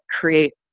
create